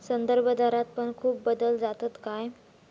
संदर्भदरात पण खूप बदल जातत काय?